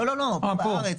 לא, בארץ.